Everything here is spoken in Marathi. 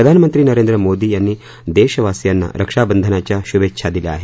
प्रधानमंत्री नरेंद्र मोदी यांनी देशवासियांना रक्षाबंधनाच्या शुभेच्छा दिल्या आहेत